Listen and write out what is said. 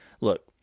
Look